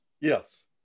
yes